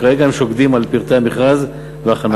כרגע הם שוקדים על פרטי המכרז והכנתו.